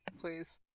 Please